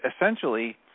essentially